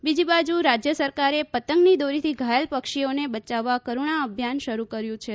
બીજી બાજુ રાજ્ય સરકારે પતંગની દોરીથી ઘાયલ પક્ષીઓને બચાવવા કરુણા અભિયાન શરૂ કર્યું છે